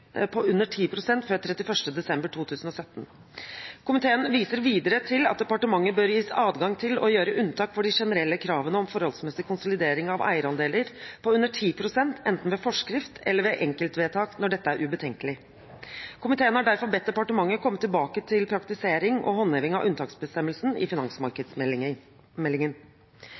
på under 10 pst. før 31. desember 2017. Komiteen viser videre til at departementet bør gis adgang til å gjøre unntak fra de generelle kravene om forholdsmessig konsolidering av eierandeler på under 10 pst., enten ved forskrift eller ved enkeltvedtak, når dette er ubetenkelig. Komiteen har derfor bedt departementet komme tilbake til praktisering og håndheving av unntaksbestemmelsen i